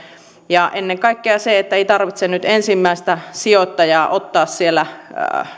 ja ennen kaikkea se että ei tarvitse nyt ensimmäistä sijoittajaa